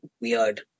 weird